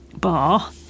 bar